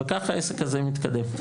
וככה העסק הזה מתקדם.